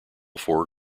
four